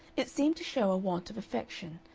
it seemed to show a want of affection,